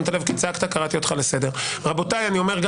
ביום של רצח יהודים, אתה מניף בגאווה את הדגל הזה?